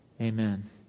Amen